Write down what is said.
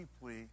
deeply